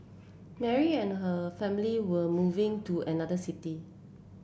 Mary and her family were moving to another city